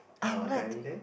I would like to